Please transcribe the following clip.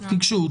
תיגשו,